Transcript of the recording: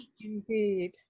indeed